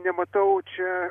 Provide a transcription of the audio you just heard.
nematau čia